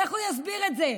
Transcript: איך הוא יסביר את זה?